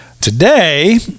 Today